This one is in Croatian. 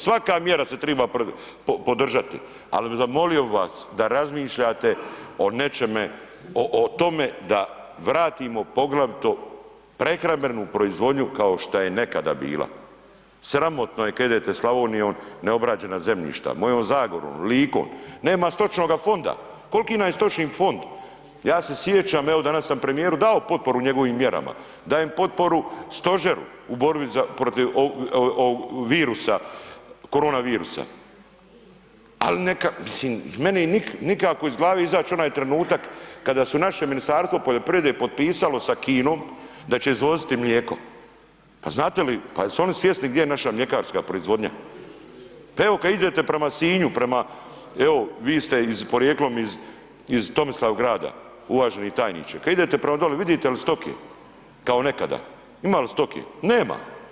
Svaka mjera se triba podržati, al' bi zamolio vas da razmišljate o nečemu, o tome da vratimo poglavito prehrambenu proizvodnju kao što je nekada bila, sramotno je kad idete Slavonijom neobrađena zemljišta, mojom Zagorom, Likom, nema stočnoga fonda, kol'ki nam je stočni fond?, ja se sjećam evo danas sam premijeru dao potporu njegovim mjerama, dajem potporu Stožeru u borbi protiv ovog virusa, korona virusa, ali neka, mislim, meni nikako iz glave izać' onaj trenutak kad su naše Ministarstvo poljoprivrede potpisalo sa Kinom da će izvoziti mlijeko, pa znate li, pa jesu oni svjesni gdje je naša mljekarska proizvodnja?, pa evo kad idete prema Sinju, prema, evo vi ste porijeklom iz Tomislavgrada uvaženi tajniče, kad idete prema doli vidite li stoke kao nekada, ima li stoke?, nema.